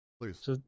Please